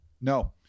No